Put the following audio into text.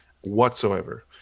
whatsoever